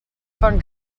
fan